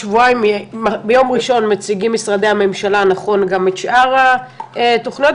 שביום ראשון מציגים משרדי הממשלה גם את שאר התוכניות,